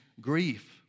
grief